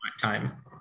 time